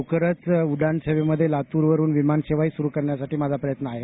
लवकरच उडान सेवामध्ये लातूर वरून विमान सेवाही सुरू करण्याविषयी माझा पर्यंत आहे